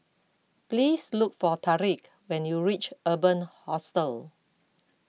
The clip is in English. please look for Tariq when you reach Urban Hostel